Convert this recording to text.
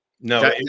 No